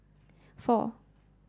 four